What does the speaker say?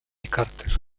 carter